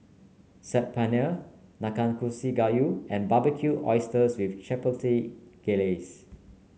Saag Paneer Nanakusa Gayu and Barbecued Oysters with Chipotle Glaze